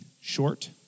short